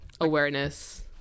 awareness